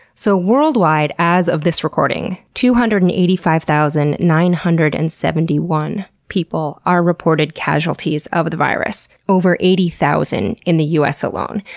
so, worldwide, as of this recording, two hundred and eighty five thousand nine hundred and seventy one people are reported casualties of the virus. over eighty thousand in the us alone.